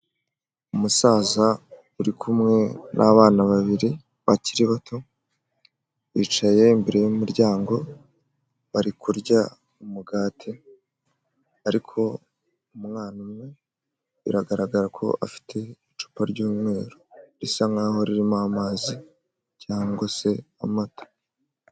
Umusaza uri kumwe n'abana babiri bakiri bato, bicaye imbere y'umuryango bari kurya umugati, ariko umwana umwe biragaragara ko afite icupa ry'umweru risa nk'aho ririmo amazi cyangwa se amata.